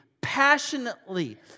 passionately